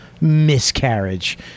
Miscarriage